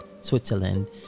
switzerland